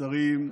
השרים,